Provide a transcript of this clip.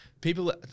people –